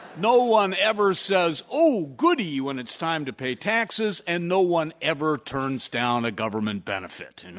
no one ever says oh, goody, when it's time to pay taxes and no one ever turns down a government benefit. and